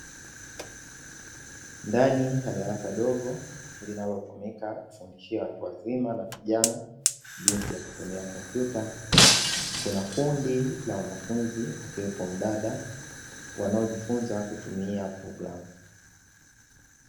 Ndani ya darasa kadogo linalotumika kufundisha watu wazima na vijana jinsi ya kutumia kompyuta kuna kundi la wanafunzi akiwepo mdada wanaojifunza kutumia programu.